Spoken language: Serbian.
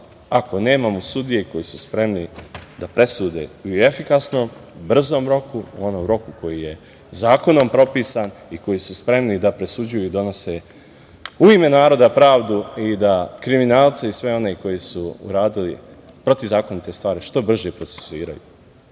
ako nemamo sudije koje su spremne da presude i u efikasnom, brzom roku, u onom roku koji je zakonom propisan i koji su spremni da presuđuju i donose u ime naroda pravdu i da kriminalce i sve one koji su uradili protivzakonite stvari, što brže procesuiraju.U